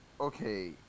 okay